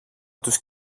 τους